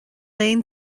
aon